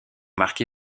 marqué